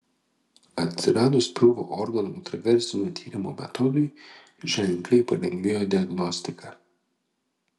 atsiradus pilvo organų ultragarsinio tyrimo metodui ženkliai palengvėjo diagnostika